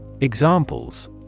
Examples